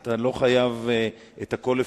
אתה לא חייב לפרט את הכול,